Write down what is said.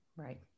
Right